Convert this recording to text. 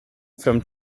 from